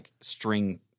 string